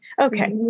okay